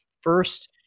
First